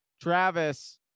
Travis